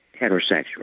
heterosexual